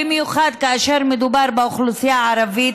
במיוחד כאשר מדובר באוכלוסייה הערבית.